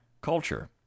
culture